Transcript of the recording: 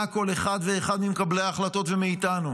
כל אחד ואחד ממקבלי ההחלטות ומאיתנו: